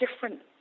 different